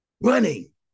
Running